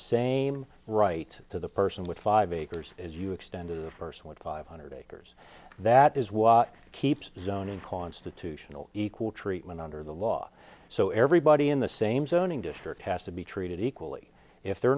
same right to the person with five acres as you extend the first one to five hundred acres that is what keeps the zoning constitutional equal treatment under the law so everybody in the same zoning district has to be treated equally if they're